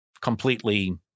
completely